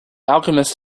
alchemist